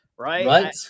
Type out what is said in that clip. Right